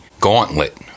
gauntlet